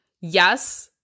Yes